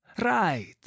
Right